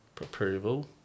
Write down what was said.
approval